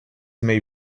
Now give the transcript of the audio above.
may